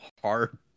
hard